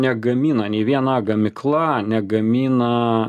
negamina nei viena gamykla negamina